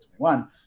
2021